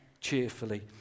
cheerfully